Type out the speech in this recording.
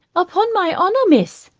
upon my honour, miss,